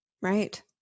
right